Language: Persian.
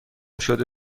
شده